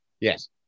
Yes